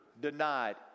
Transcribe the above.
denied